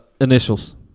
initials